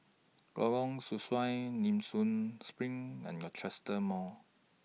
Lorong Sesuai Nee Soon SPRING and Rochester Mall